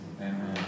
Amen